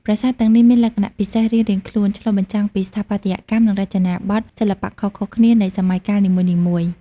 ប្រាសាទទាំងនេះមានលក្ខណៈពិសេសរៀងៗខ្លួន ឆ្លុះបញ្ចាំងពីស្ថាបត្យកម្ម និងរចនាបថសិល្បៈខុសៗគ្នានៃសម័យកាលនីមួយៗ។